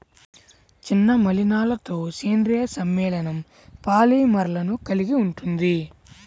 చిన్న మలినాలతోసేంద్రీయ సమ్మేళనంపాలిమర్లను కలిగి ఉంటుంది